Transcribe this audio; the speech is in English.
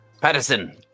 Patterson